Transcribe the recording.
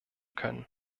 können